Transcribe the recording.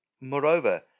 Moreover